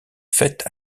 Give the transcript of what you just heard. faite